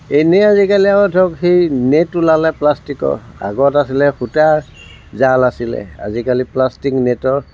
এনেই আজিকালি আৰু ধৰক সেই নেট ওলালে প্লাষ্টিকৰ আগত আছিলে সূতাৰ জাল আছিলে আজিকালি প্লাষ্টিক নেটৰ